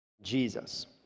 Jesus